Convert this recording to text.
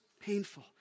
painful